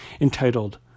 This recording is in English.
entitled